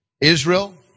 Israel